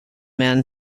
man